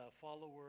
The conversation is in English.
follower